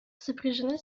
сопряжены